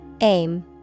Aim